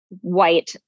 white